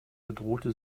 bedrohte